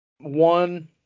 One